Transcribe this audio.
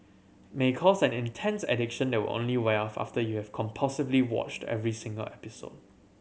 may cause an intense addiction that will only wear off after year compulsively watched every single episode